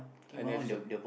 I never see